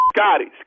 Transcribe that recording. Scotty